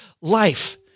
life